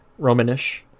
Romanish